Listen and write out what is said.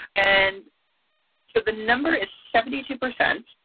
and so the number is seventy two percent.